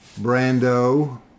Brando